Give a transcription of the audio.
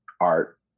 art